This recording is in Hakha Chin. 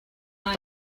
tong